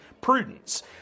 prudence